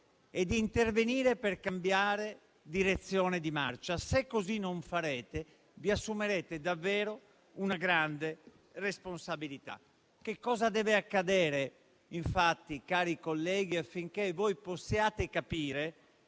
e intervenire per cambiare direzione di marcia. Se così non farete, vi assumerete davvero una grande responsabilità. Cosa deve accadere, infatti, cari colleghi, affinché voi possiate capire